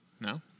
No